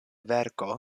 verko